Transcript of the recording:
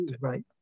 Right